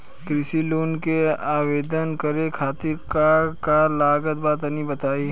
कृषि लोन के आवेदन करे खातिर का का लागत बा तनि बताई?